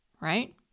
right